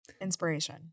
Inspiration